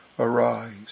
arise